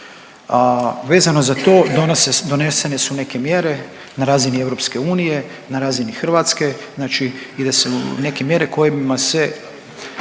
Vezano za to donesene su neke mjere na razini EU, na razini Hrvatske. Znači ide se, neke mjere kojima se